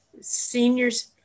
seniors